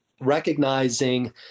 recognizing